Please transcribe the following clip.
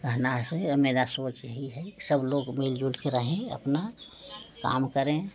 कहना इसमें मेरा सोच यही है सब लोग मिलजुल के रहें अपना काम करें